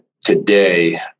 today